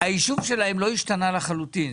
היישוב שלהם לא השתנה לחלוטין,